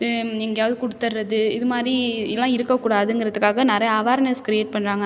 எங்கேயாவது கொடுத்துட்றது இது மாதிரி இதெல்லாம் இருக்கக்கூடாதுங்கிறதுக்காக நிறையா அவார்னஸ் க்ரியேட் பண்ணுறாங்க